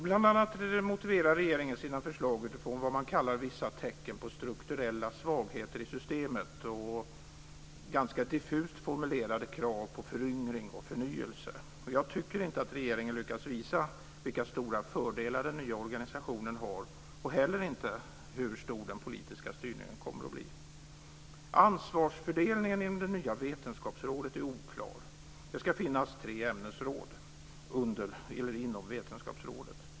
Bl.a. motiverar regeringen sina förslag utifrån vad man kallar "vissa tecken på strukturella svagheter i systemet" och ganska diffust formulerade krav på "föryngring och förnyelse". Jag tycker inte att regeringen lyckas visa vilka stora fördelar den nya organisationen har och heller inte hur stor den politiska styrningen kommer att bli. Ansvarsfördelningen inom det nya vetenskapsrådet är oklar. Det ska finnas tre ämnesråd inom vetenskapsrådet.